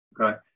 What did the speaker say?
Okay